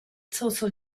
total